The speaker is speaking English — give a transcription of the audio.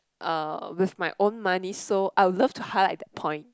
uh with my own money so I would love to highlight that point